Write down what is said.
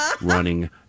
running